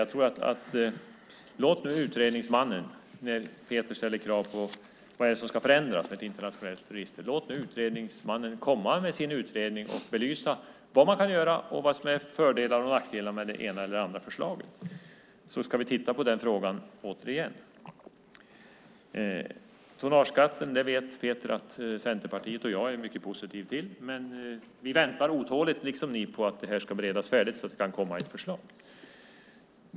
När Peter Pedersen ställer krav när det gäller vad som ska förändras med ett internationellt register vill jag säga: Låt nu utredningsmannen komma med sin utredning och belysa vad man kan göra och vad som är fördelar och nackdelar med det ena eller det andra förslaget så ska vi återigen titta på den frågan. Peter Pedersen vet att Centerpartiet och jag är mycket positiva till tonnageskatten. Men vi, liksom ni, väntar otåligt på att detta ska beredas färdigt så att det kan komma ett förslag.